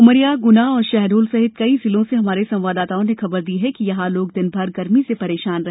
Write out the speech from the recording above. उमरिया ग्ना और शहडोल सहित कई जिलों से हमारे संवाददाताओं ने खबर दी है कि यहां लोग दिन भर गर्मी से परेशान रहे